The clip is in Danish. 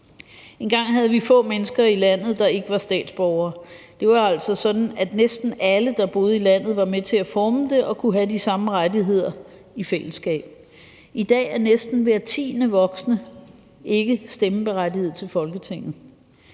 Engang havde vi få mennesker i landet, der ikke var statsborgere. Det var altså sådan, at næsten alle, der boede i landet, var med til at forme det og kunne have de samme rettigheder i fællesskab. I dag er næsten hver tiende voksne ikke stemmeberettiget til Folketinget.